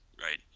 right